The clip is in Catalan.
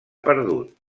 perdut